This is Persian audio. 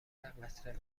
ذره٬قطره